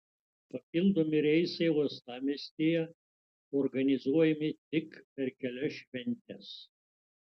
papildomi reisai uostamiestyje organizuojami tik per kelias šventes